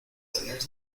tener